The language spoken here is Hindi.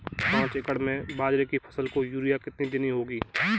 पांच एकड़ में बाजरे की फसल को यूरिया कितनी देनी होगी?